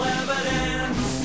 evidence